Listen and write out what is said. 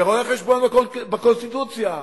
ורואה-חשבון בקונסטיטוציה,